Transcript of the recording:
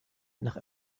nach